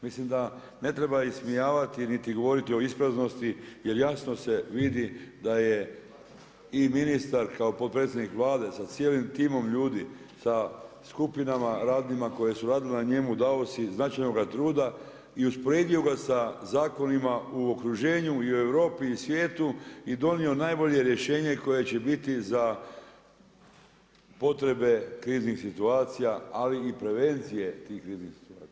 Mislim da ne treba ismijavati niti govoriti o ispraznosti jer jasno se vidi da je i ministar kao potpredsjednik Vlade sa cijelim timom ljudi, sa skupinama radnima koje su radile na njemu, dali si značajnoga truda i usporedio ga sa zakonima u okruženju i u Europi i svijetu i donio najbolje rješenje koje će biti za potrebe kriznih situacija ali i prevencije tih kriznih situacija.